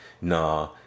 nah